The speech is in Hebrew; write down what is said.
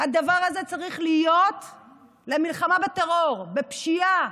הדבר הזה צריך להיות למלחמה בטרור, בפשיעה,